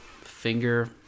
finger